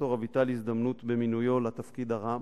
לד"ר אביטל הזדמנות במינויו לתפקיד הרם